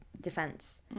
defense